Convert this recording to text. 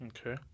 Okay